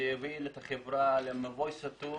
זה יוביל את החברה למבוי סתום